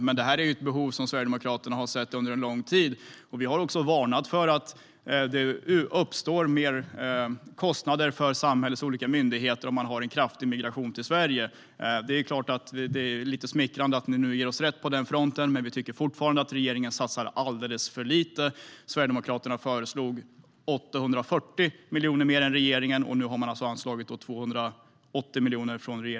Men detta är ett behov som Sverigedemokraterna har sett under en lång tid. Vi har också varnat för att det uppstår mer kostnader för samhällets olika myndigheter om man har en kraftig migration till Sverige. Det är klart att det är lite smickrande att man nu ger oss rätt på den fronten, men vi tycker fortfarande att regeringen satsar alldeles för lite. Sverigedemokraterna föreslog 840 miljoner mer än regeringen, och nu har man alltså anslagit 280 miljoner.